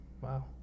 Wow